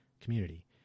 community